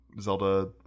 Zelda